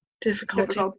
difficulty